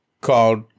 called